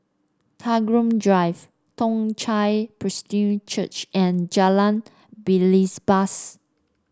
Tagore Drive Toong Chai Presbyterian Church and Jalan Belibas